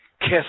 Kiss